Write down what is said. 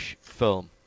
film